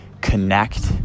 connect